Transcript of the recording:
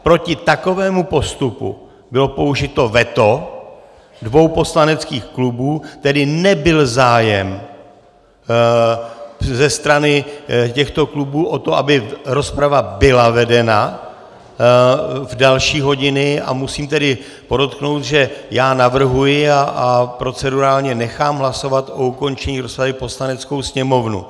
Proti takovému postupu bylo použito veto dvou poslaneckých klubů, tedy nebyl zájem ze strany těchto klubů o to, aby rozprava byla vedena v další hodiny, a musím tedy podotknout, že já navrhuji a procedurálně nechám hlasovat o ukončení rozpravy Poslaneckou sněmovnu.